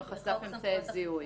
גיליתי גילוי DNA בתיק מסוים,